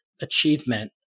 achievement